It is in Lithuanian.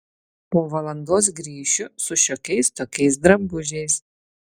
po valandos grįšiu su šiokiais tokiais drabužiais